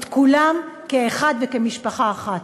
את כולם כאחד וכמשפחה אחת.